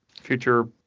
future